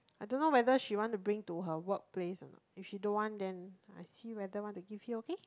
I don't know whether she want to bring to her work place or not if she don't want then I see whether want to give you okay